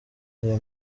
iyo